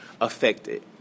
affected